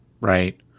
Right